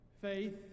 Faith